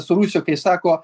su rūsiu kai sako